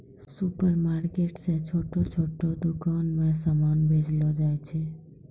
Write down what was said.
supermarket से छोटो छोटो दुकान मे समान भेजलो जाय छै